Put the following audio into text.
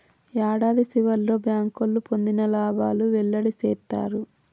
యాడాది సివర్లో బ్యాంకోళ్లు పొందిన లాబాలు వెల్లడి సేత్తారు